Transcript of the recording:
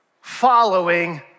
following